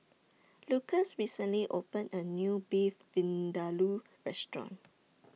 Lucas recently opened A New Beef Vindaloo Restaurant